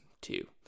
two